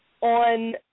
on